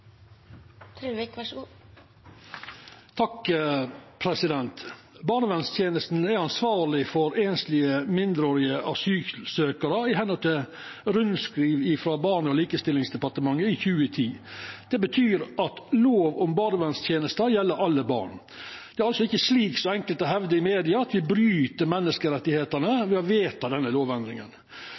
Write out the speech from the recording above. er ansvarleg for einslege mindreårige asylsøkjarar, ifølgje rundskriv frå Barne- og likestillingsdepartementet i 2010. Det betyr at lov om barnevernstenester gjeld alle barn. Det er altså ikkje slik som enkelte hevdar i media, at me bryt menneskerettane ved å vedta denne lovendringa.